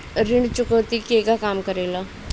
ऋण चुकौती केगा काम करेले?